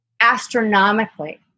astronomically